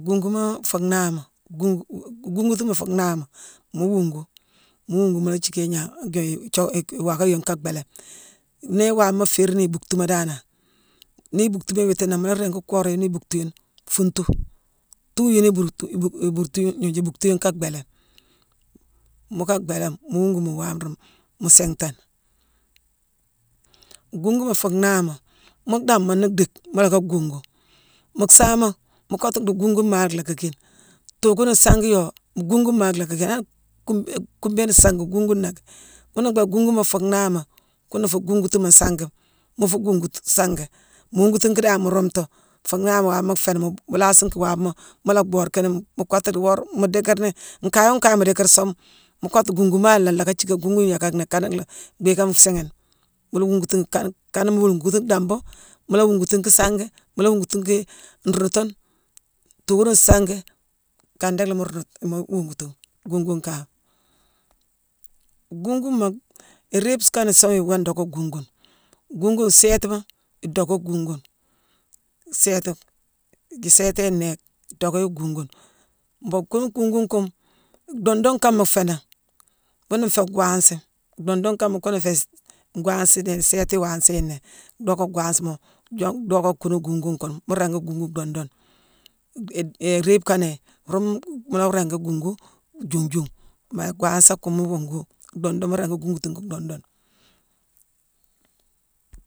Guuguma fuu nhaahama-guun-guugutuma fuu nhaahama, mu wuungu, mu wuungu mu la jiické ignaa-dii-jock-iwaaka yune ka bhéélé. Nii waama féérine ni ibuucktuma danane, nii ibucktuma iwiitine nangh mu la ringi kooré yuni ibuucktu yune fuuntu, tuu yuni ibuurtu-ibuuck-ibuurtu-yune-gnooju-ibuucktu yune ka bhéélé. Muu ka bhéélama, mu wuungu mu waame ruune mu siinghtane. Guuguma fuu nhaahama: mu dhamma nii dhiick, mu lacka guungu, mu saama mu kottu dii guungu maalaacki kine. Tookuni sangi yoo, guungune maakh laacki déé. Han-kuumb-kuubéne sangi, guungune nangh ki. Ghuna mbhééké guunguma fuu nhaahama, ghuna fhéé guungutuma sangima, mu fuu guungutune sangi. Mu wongutunki dan, mu rumtu, fuu nhaahama waama fééni, mu laasi ki waama mu la bhoode kini. Mu kottu dhii wora-mu dickirni nkayo nkaye mu dickiir song, mu kottu guungu maala, nlacka jiické guungune yackack nnéé kana lac-bhiiké nsiighine. Mu la wongutune kane-kana mu la wuungutune dhambu, mu la wuungutuunki sangi, mu la wuungutunki nruundutune, tookune sangi, kane déck la mu ruundutu-mu-wuungutune, guungune kama. Guunguma, iriibes kane suung iwoo docka guungune. Guungune séétima idocka guungune, séétima-dii iséétééye nnéé idocka yi gungune. Mbong kuune guungune kune, duundune kama féénangh, ghuna nféé gwansi. Duundune kama ghune féé-isi-gwansi dii nsééti wansi nnéé, docka gwansima-jongu-docka ghune guungune kune, mu ringi guungu duundune. Yé-yé-yé iriibe kanéye, ruune moo ringi guungu juunjuungh. Maa yéck gwansack kune mu wuugu duundune. Mu ringi gungutuki duundune